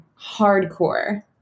hardcore